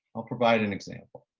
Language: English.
i'll provide an example.